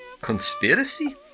Conspiracy